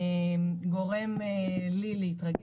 גורם לי להתרגש.